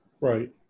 right